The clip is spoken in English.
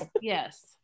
yes